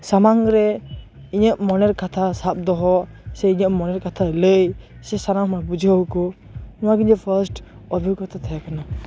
ᱥᱟᱢᱟᱝ ᱨᱮ ᱤᱧᱟᱹᱜ ᱢᱚᱱᱮᱨ ᱠᱟᱛᱷᱟ ᱥᱟᱵ ᱫᱚᱦᱚ ᱥᱮ ᱤᱧᱟᱹᱜ ᱢᱚᱱᱮᱨ ᱠᱟᱛᱷᱟ ᱞᱟᱹᱭ ᱥᱮ ᱥᱟᱱᱟᱢ ᱦᱚᱲ ᱵᱩᱡᱷᱟᱹᱣ ᱟᱠᱚ ᱱᱚᱣᱟ ᱜᱮ ᱤᱧᱟᱹᱜ ᱯᱷᱟᱥᱴ ᱚᱵᱷᱤᱜᱚᱛᱟ ᱛᱟᱦᱮᱸ ᱠᱟᱱᱟ